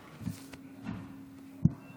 ההגיונית כל כך,